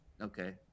okay